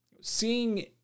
Seeing